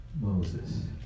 Moses